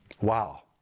Wow